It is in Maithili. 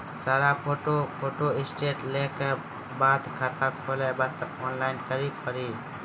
सारा फोटो फोटोस्टेट लेल के बाद खाता खोले वास्ते ऑनलाइन करिल पड़ी?